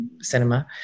cinema